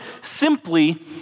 simply